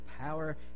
power